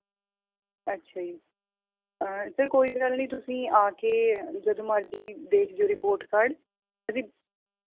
ਅੱਛਾ ਜੀ ਸਰ ਕੋਈ ਗੱਲ ਨੀ ਤੁਸੀਂ ਆ ਕੇ ਜਦੋਂ ਮਰਜ਼ੀ ਦੇਖ ਜਾਓ ਰਿਪੋਰਟ ਕਾਰਡ